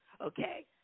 okay